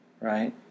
right